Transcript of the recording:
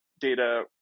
data